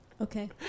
okay